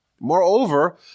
Moreover